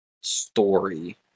story